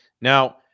now